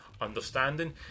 understanding